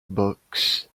books